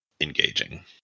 engaging